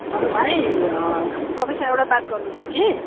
hello भाइ तपाईँसँग एउटा बात गर्नु थियो कि